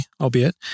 albeit